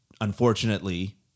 unfortunately